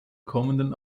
kommenden